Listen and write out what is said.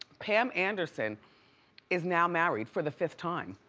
pam anderson is now married for the fifth time.